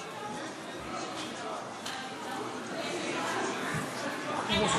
אם לא, אנחנו נעבור להצבעה עליה.